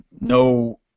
no